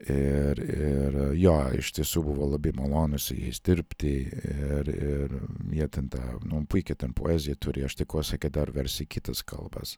ir ir jo iš tiesų buvo labai malonu su jais dirbti ir ir jie ten tą nu puikią ten poeziją turi aš tikuosi kad dar vers į kitas kalbas